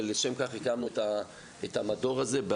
ולשם כך הקמנו את המדור הזה.